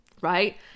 right